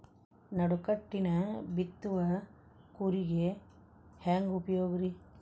ನಡುಕಟ್ಟಿನ ಬಿತ್ತುವ ಕೂರಿಗೆ ಹೆಂಗ್ ಉಪಯೋಗ ರಿ?